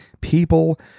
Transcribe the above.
people